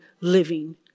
living